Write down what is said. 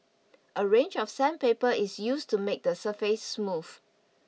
a range of sandpaper is used to make the surface smooth